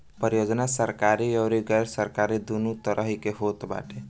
परियोजना सरकारी अउरी गैर सरकारी दूनो तरही के होत बाटे